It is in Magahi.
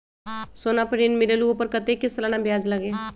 सोना पर ऋण मिलेलु ओपर कतेक के सालाना ब्याज लगे?